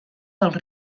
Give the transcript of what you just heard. dels